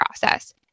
process